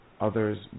Others